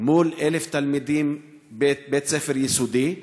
מול 1,000 תלמידים בבית-ספר יסודי,